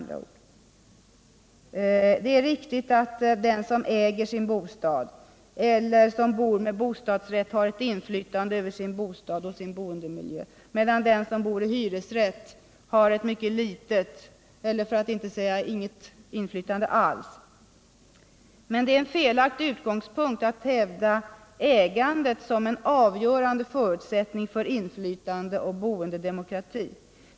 Det är riktigt att den som äger sin bostad eller som bor med bostadsrätt har ett inflytande över sin bostad och sin boendemiljö, medan den som bor med hyresrätt har mycket litet eller inget inflytande alls. Men det är cen felaktig utgångspunkt att hävda ägandet som cen avgörande förutsättning för inflytande och boendedemokrati.